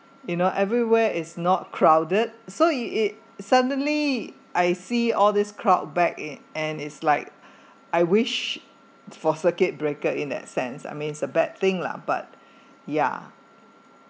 you know everywhere is not crowded so it it suddenly I see all this crowd back it and it's like I wish for circuit breaker in that sense I mean it's a bad thing lah but ya